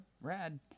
rad